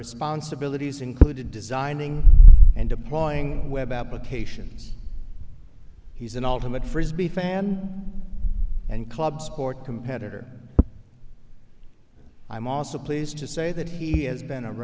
responsibilities included designing and deploying web applications he's an ultimate frisbee fan and club sport competitor i'm also pleased to say that he has been a